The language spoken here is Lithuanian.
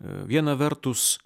viena vertus